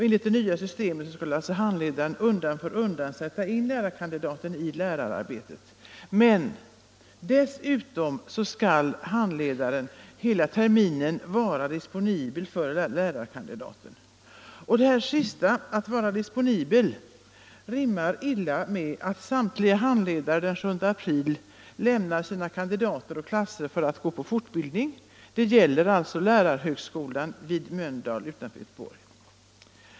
Enligt det nya systemet skall handledaren undan för undan sätta in lärarkandidaten i lärararbetet, och dessutom skall handledare under hela terminen vara disponibel för lärarkandidaten. Detta sista, att vara disponibel, rimmar illa med att samtliga handledare den 7 april lämnar sina kandidater och klasser för att gå på fortbildning —- detta gäller alltså lärarhögskolan vid Mölndal utanför Göteborg.